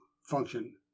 function